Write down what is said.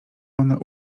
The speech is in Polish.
ona